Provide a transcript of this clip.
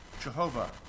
Jehovah